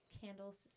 Candles